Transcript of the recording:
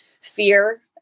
fear